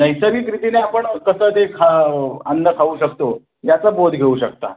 नैसर्गिक रीतीने आपण कसं ते खा अन्न खाऊ शकतो याचा बोध घेऊ शकता